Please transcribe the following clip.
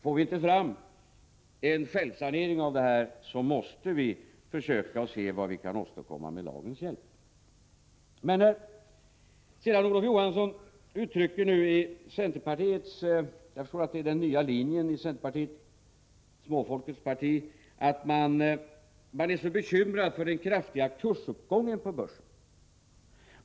Får vi inte fram en självsanering på aktiemarknaden, måste vi försöka se vad vi kan åstadkomma med lagens hjälp. Sedan säger Olof Johansson att man i centerpartiet — jag förmodar att det är den nya linjen i centerpartiet, småfolkets parti — är så bekymrad över den kraftiga kursuppgången på börsen.